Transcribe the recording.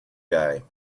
guy